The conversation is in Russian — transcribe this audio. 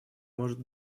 может